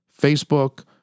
Facebook